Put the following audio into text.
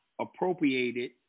appropriated